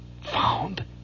found